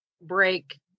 break